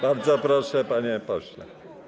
Bardzo proszę, panie pośle.